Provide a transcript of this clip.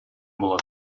болот